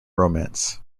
romance